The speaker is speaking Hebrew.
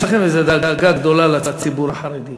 יש לכם איזו דאגה גדולה לציבור החרדי,